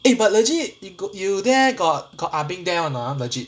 eh but legit you there got got ah beng there or not ah legit